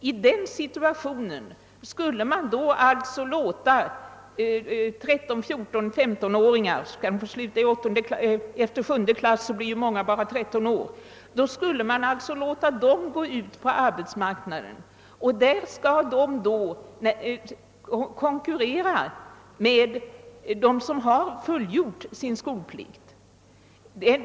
Skall vi i denna situation låta 13—14—15 åringar — skall de få sluta efter sjunde klassen är många bara 13 år — gå ut på arbetsmarknaden, där de skulle få konkurrera med dem som har fullgjort sin skolplikt.